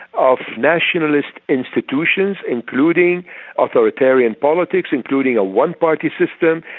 of nationalist institutions, including authoritarian politics, including a one party system,